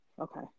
Okay